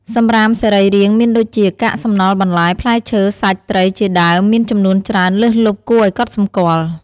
សំរាមសរីរាង្គមានដូចជា កាកសំណល់បន្លែ ផ្លែឈើ សាច់ ត្រី ជាដើម មានចំនួនច្រើនលើសលប់គួរឱ្យកត់សម្គាល់។